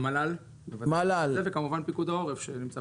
המל"ל, וכמובן, פיקוד העורף שנמצא פה.